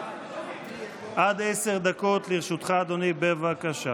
עד עשר דקות לרשותך, בבקשה.